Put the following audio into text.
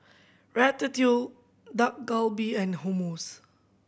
Dak Galbi and Hummus